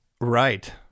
Right